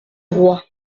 roi